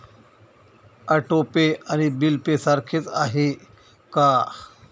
Auto pay आणि bill pay सारखेच आहे का?